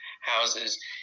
houses